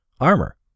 armor